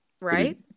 Right